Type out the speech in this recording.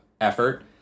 effort